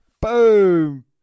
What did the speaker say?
Boom